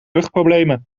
rugproblemen